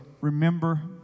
remember